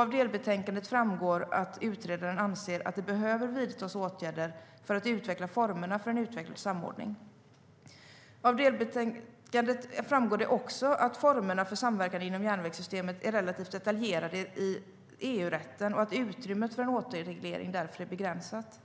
Av delbetänkandet framgår att utredaren anser att det behöver vidtas åtgärder för att utveckla formerna för en utvecklad samordning. Av delbetänkandet framgår också att formerna för samverkan inom järnvägssystemet är relativt detaljerat reglerade i EU-rätten och att utrymmet för en återreglering därför är begränsat.